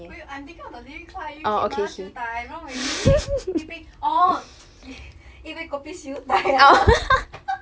wait I'm thinking of the lyrics lah you keep milo siew dai wrong already wait 一杯 orh 一杯 kopi siew dai lah